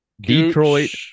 Detroit